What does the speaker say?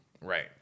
Right